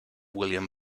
william